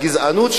הגזענות,